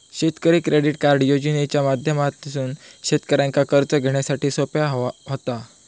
शेतकरी credit card योजनेच्या माध्यमातसून शेतकऱ्यांका कर्ज घेण्यासाठी सोप्या व्हता